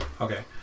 Okay